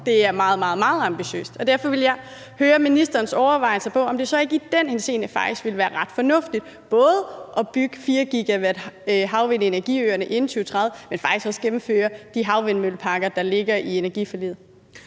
det er meget, meget, meget ambitiøs, man skal være. Derfor vil jeg høre ministerens overvejelser, i forhold til om det så ikke i den henseende faktisk vil være ret fornuftigt både at bygge 4-gigawatthavvindenergiøerne inden 2030, men faktisk også gennemføre de havvindmølleparker, der ligger i energiforliget.